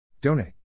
Donate